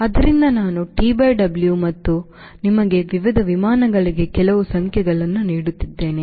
ಆದ್ದರಿಂದ ಇದು TW ಮತ್ತು ನಾವು ನಿಮಗೆ ವಿವಿಧ ವಿಮಾನಗಳಿಗಾಗಿ ಕೆಲವು ಸಂಖ್ಯೆಗಳನ್ನು ನೀಡಿದ್ದೇವೆ